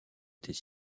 était